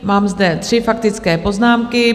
Mám zde tři faktické poznámky.